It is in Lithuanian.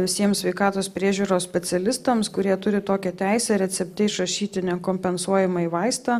visiems sveikatos priežiūros specialistams kurie turi tokią teisę recepte išrašyti nekompensuojamąjį vaistą